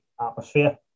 atmosphere